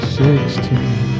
sixteen